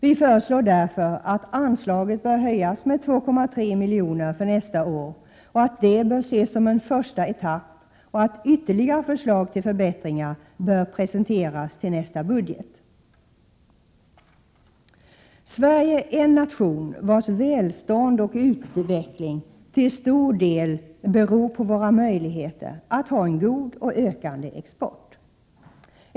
Vi föreslår därför att anslaget bör höjas med 2,3 miljoner för nästa år, att detta bör ses som en första etapp och att ytterligare förslag till förbättringar bör presenteras till nästa budget. Sverige är en nation vars välstånd och utveckling till stor del beror på våra möjligheter att ha en god och ökande export.